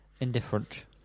indifferent